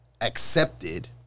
accepted